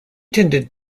tended